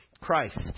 Christ